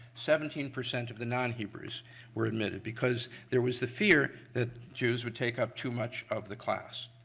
seventeen percent of the non-hebrews were admitted because there was the fear that jews would take up too much of the class.